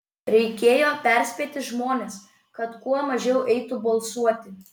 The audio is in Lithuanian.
reikėjo perspėti žmones kad kuo mažiau eitų balsuoti